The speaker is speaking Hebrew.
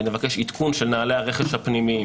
ונבקש עדכון של נוהלי הרכש הפנימיים,